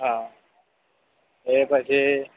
હા એ પછી